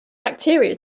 bacteria